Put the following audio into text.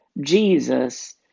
Jesus